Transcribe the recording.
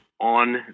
on